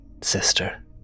sister